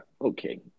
Okay